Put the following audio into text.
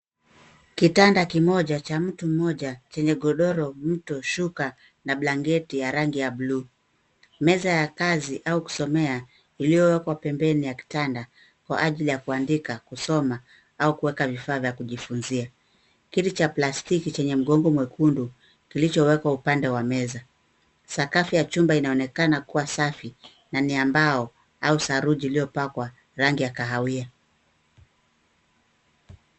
Kitanda kimoja cha mtu mmoja chenye godoro mto shuka na blanketi ya rangi ya bluu. Meza ya kazi au kusomea iliyo wekwa pembeni ya kitanda kwa ajili ya kuandika, kusoma au kuweka vifaa vya kujifunzia. Kiti cha plastiki chenye mgongo mwekundu kilicho wekwa upande wa meza. Sakafu ya chumba inaonekana kuwa safi na ni ya mbao au saruji iliyo pakwa rangi ya kahawia.